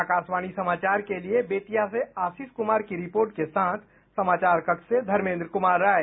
आकाशवाणी समाचार के लिये बेतिया से आशीष कुमार की रिपोर्ट के साथ समाचार कक्ष से धर्मेन्द्र कुमार राय